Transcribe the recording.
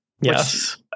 Yes